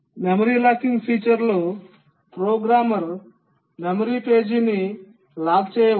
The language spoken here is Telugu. మెమరీ లాకింగ్ ఫీచర్లో ప్రోగ్రామర్ మెమరీ పేజీని లాక్ చేయవచ్చు